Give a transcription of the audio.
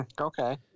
Okay